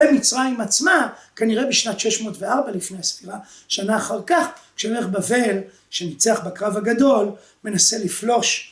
ומצרים עצמה כנראה בשנת 604 לפני הספירה שנה אחר כך כשמלך בבל שניצח בקרב הגדול מנסה לפלוש